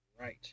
Right